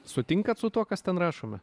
sutinkat su tuo kas ten rašome